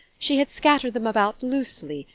she had scattered them about loosely,